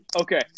Okay